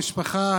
המשפחה,